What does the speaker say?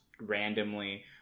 randomly